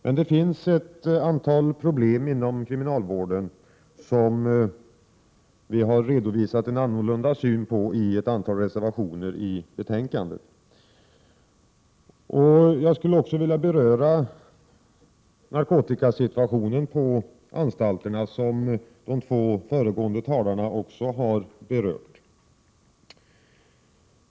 Men det finns ett antal problem inom kriminalvården som vi har redovisat en annorlunda syn på än övriga partier i några reservationer till betänkandet. Jag skulle vilja beröra narkotikasituationen på anstalterna, som även de två föregående talarna har berört.